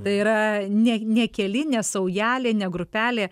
tai yra ne ne keli ne saujelė ne grupelė